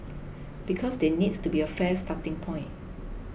because there needs to be a fair starting point